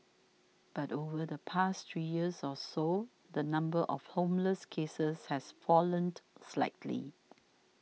but over the past three years or so the number of homeless cases has fallen slightly